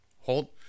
Hold